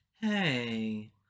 hey